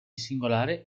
singolare